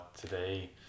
today